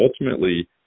ultimately